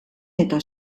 eta